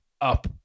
up